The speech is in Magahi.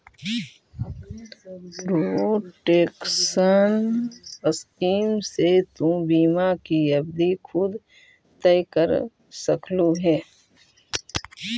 प्रोटेक्शन स्कीम से तु बीमा की अवधि खुद तय कर सकलू हे